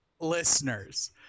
listeners